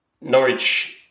Norwich